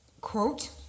quote